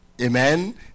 Amen